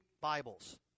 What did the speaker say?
Bibles